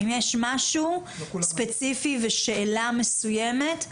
אם יש משהו ספציפי ושאלה מסויימת,